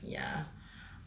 ya